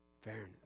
Fairness